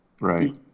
Right